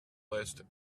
list